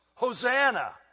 Hosanna